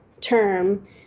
term